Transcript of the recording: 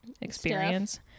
experience